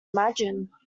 imagine